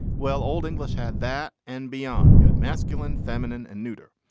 well old english had that and beyond yet masculine feminine and neuter.